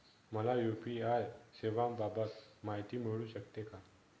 मला यू.पी.आय सेवांबाबत माहिती मिळू शकते का?